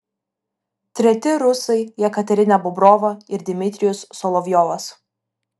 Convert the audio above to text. treti rusai jekaterina bobrova ir dmitrijus solovjovas